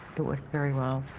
it was very wild.